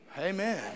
Amen